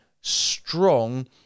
strong